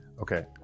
Okay